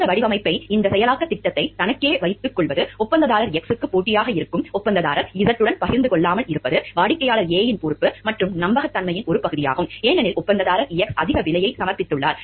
இந்த வடிவமைப்பை இந்த செயலாக்கத் திட்டத்தை தனக்கே வைத்துக்கொள்வது ஒப்பந்ததாரர் X க்கு போட்டியாக இருக்கும் ஒப்பந்ததாரர் Z உடன் பகிர்ந்து கொள்ளாமல் இருப்பது வாடிக்கையாளர் A இன் பொறுப்பு மற்றும் நம்பகத்தன்மையின் ஒரு பகுதியாகும் ஏனெனில் ஒப்பந்ததாரர் X அதிக விலையை சமர்ப்பித்துள்ளார்